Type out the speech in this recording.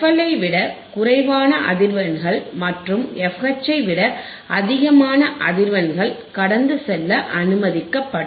FL ஐ விட குறைவான அதிர்வெண்கள் மற்றும் fH ஐ விட அதிகமான அதிர்வெண்கள் கடந்து செல்ல அனுமதிக்கப்படும்